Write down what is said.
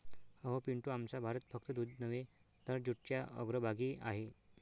अहो पिंटू, आमचा भारत फक्त दूध नव्हे तर जूटच्या अग्रभागी आहे